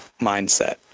mindset